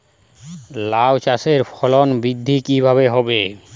লাউ চাষের ফলন বৃদ্ধি কিভাবে হবে?